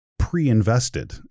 pre-invested